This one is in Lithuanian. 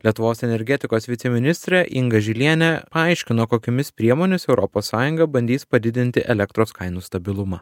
lietuvos energetikos viceministrė inga žilienė paaiškino kokiomis priemonės europos sąjunga bandys padidinti elektros kainų stabilumą